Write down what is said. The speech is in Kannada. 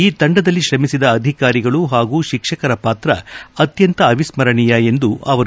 ಈ ತಂಡದಲ್ಲಿ ತ್ರಮಿಸಿದ ಅಧಿಕಾರಿಗಳು ಹಾಗೂ ಶಿಕ್ಷಕರ ಪಾತ್ರ ಅತ್ಯಂತ ಅವಿಸ್ಕರಣೀಯ ಎಂದರು